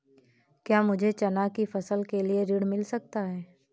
क्या मुझे चना की फसल के लिए ऋण मिल सकता है?